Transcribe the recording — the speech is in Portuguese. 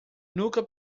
nunca